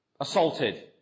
assaulted